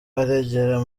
aragera